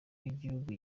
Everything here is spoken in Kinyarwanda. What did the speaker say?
w’igihugu